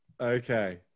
Okay